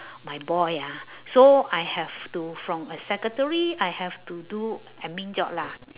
my boy ah so I have to from a secretary I have to do admin job lah